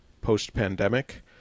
post-pandemic